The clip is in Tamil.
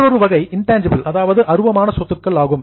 மற்றொரு வகை இன்டேன்ஜிபிள் அருவமான சொத்துக்கள் ஆகும்